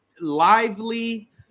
lively